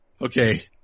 okay